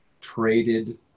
traded